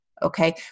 Okay